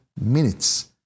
minutes